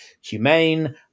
humane